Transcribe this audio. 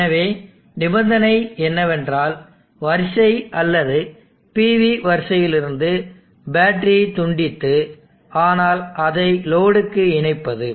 எனவே நிபந்தனை என்னவென்றால் வரிசை அல்லது PV வரிசையிலிருந்து பேட்டரியைத் துண்டித்து ஆனால் அதை லோடுக்கு இணைப்பது